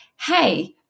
hey